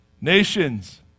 Nations